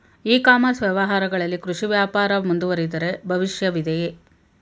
E commerce ವ್ಯವಹಾರಗಳಲ್ಲಿ ಕೃಷಿ ವ್ಯಾಪಾರ ಮುಂದುವರಿದರೆ ಭವಿಷ್ಯವಿದೆಯೇ?